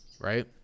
Right